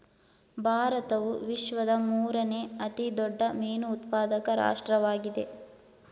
ಭಾರತವು ವಿಶ್ವದ ಮೂರನೇ ಅತಿ ದೊಡ್ಡ ಮೀನು ಉತ್ಪಾದಕ ರಾಷ್ಟ್ರವಾಗಿದೆ